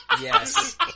Yes